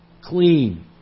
clean